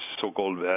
so-called